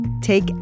take